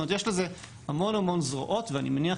יש לזה המון-המון זרועות ואני מניח